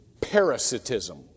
parasitism